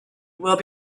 will